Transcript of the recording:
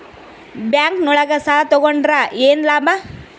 Bank ನೊಳಗ ಸಾಲ ತಗೊಂಡ್ರ ಏನು ಲಾಭ?